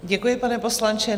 Děkuji, pane poslanče.